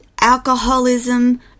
alcoholism